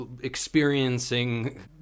experiencing